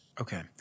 Okay